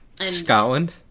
Scotland